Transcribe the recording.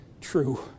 true